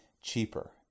cheaper